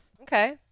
Okay